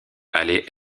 allait